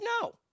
No